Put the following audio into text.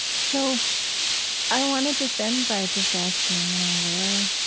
so i want to just end by just asking, you know, where